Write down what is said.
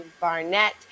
Barnett